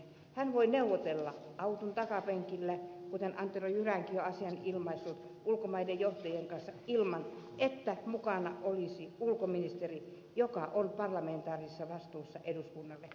hän voi neuvotella auton takapenkillä kuten antero jyränki on asian ilmaissut ulkomaiden johtajien kanssa ilman että mukana olisi ulkoministeri joka on parlamentaarisessa vastuussa eduskunnalle